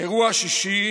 אירוע שישי,